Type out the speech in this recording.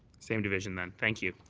same division then. thank you.